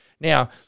now